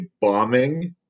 bombing